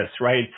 right